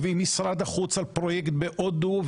ועם משרד החוץ על פרויקט בהודו,